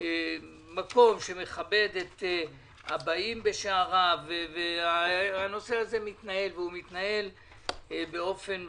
מקום המכבד את הבאים בשעריו וזה מתנהל באופן מסודר,